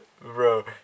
Bro